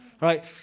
Right